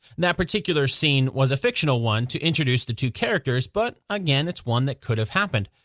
that particular scene was a fictional one to introduce the two characters, but again it's one that could've happened.